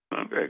Okay